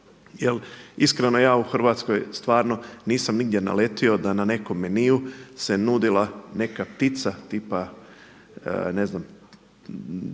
Jer iskreno ja u Hrvatskoj stvarno nisam nigdje naletio da na nekom menue se nudila neka ptica tipa, ne znam,